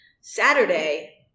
Saturday